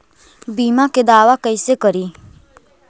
बीमा के दावा कैसे करी?